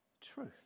truth